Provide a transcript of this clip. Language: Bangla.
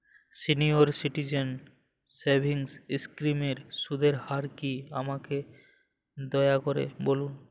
সিনিয়র সিটিজেন সেভিংস স্কিমের সুদের হার কী আমাকে দয়া করে বলুন